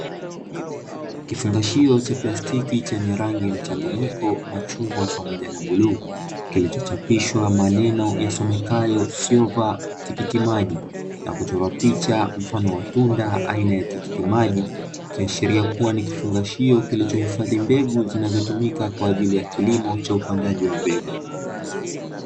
Kifungashio cha plastiki chenye rangi mchanganyiko wa chungwa pamoja na bluu, kilichochapishwa maneno yasomekayo "Syova tikitimaji", na kuchorwa picha mfano wa tunda aina ya tikiti maji, ikiashiria kuwa ni kifungashio kilichohifadhi na mbegu zinazotumika kwa ajili ya kilimo cha upandaji wa mbegu.